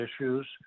issues